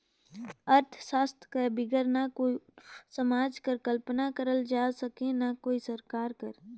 अर्थसास्त्र कर बिगर ना कोनो समाज कर कल्पना करल जाए सके ना कोनो सरकार कर